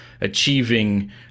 achieving